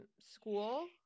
school